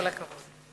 כל הכבוד.